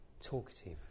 talkative